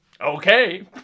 okay